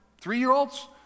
three-year-olds